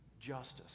justice